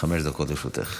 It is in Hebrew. חמש דקות לרשותך.